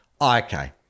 okay